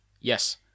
Yes